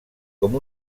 com